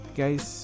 guys